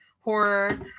horror